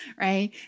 Right